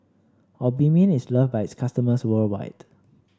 Obimin is loved by its customers worldwide